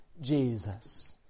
Jesus